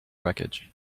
wreckage